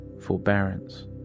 forbearance